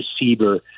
receiver